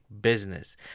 business